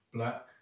Black